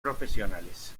profesionales